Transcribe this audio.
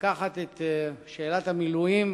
לקחת את שאלת המילואים